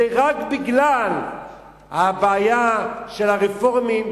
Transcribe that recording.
זה רק בגלל הבעיה של הרפורמים,